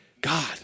God